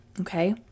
Okay